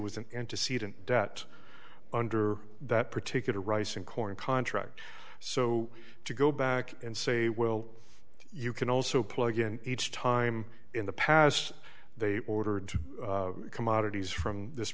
an antecedent debt under that particular rice and corn contract so to go back and say well you can also plug in each time in the past they ordered commodities from this